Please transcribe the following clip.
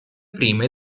prime